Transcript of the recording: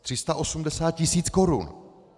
380 tisíc korun!